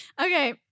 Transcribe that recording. Okay